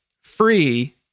Free